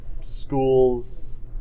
schools